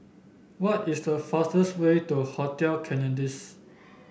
what is the fastest way to Hotel Citadines